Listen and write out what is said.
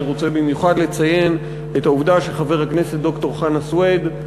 אני רוצה במיוחד לציין את העובדה שחבר הכנסת ד"ר חנא סוייד,